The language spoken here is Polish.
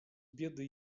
biedy